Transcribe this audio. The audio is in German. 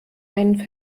einen